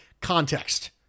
context